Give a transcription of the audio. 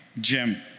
Jim